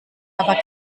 aber